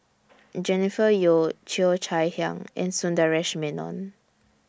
Jennifer Yeo Cheo Chai Hiang and Sundaresh Menon